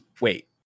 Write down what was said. Wait